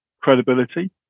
credibility